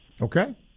Okay